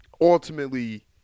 ultimately